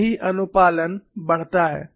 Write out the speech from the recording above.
यही अनुपालन बढ़ता है